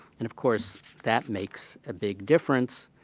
and, of course, that makes a big difference,